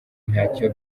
ntacyo